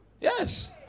Yes